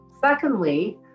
Secondly